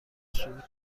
صعود